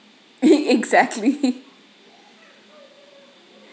exactly